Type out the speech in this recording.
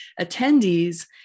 attendees